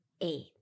eight